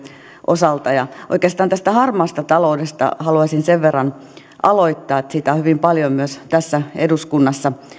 osalta oikeastaan tästä harmaasta taloudesta haluaisin sen verran aloittaa että siitä on hyvin paljon myös tässä eduskunnassa